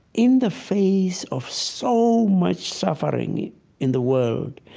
in the face of so much suffering in the world,